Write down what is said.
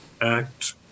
Act